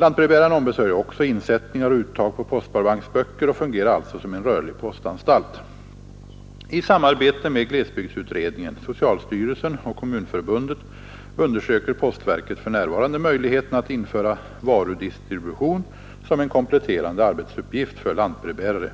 Lantbrevbäraren ombesörjer också insättningar och uttag på postsparbanksböcker och fungerar alltså som en rörlig postanstalt. I samarbete med glesbygdsutredningen, socialstyrelsen och Kommunförbundet undersöker postverket för närvarande möjligheterna att införa varudistribution som en kompletterande arbetsuppgift för lantbrevbärare.